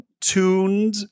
tuned